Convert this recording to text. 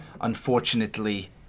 unfortunately